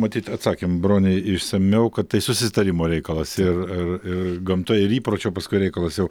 matyt atsakėm bronei išsamiau kad tai susitarimo reikalas ir ir ir gamtoj ir įpročio paskui reikalas jau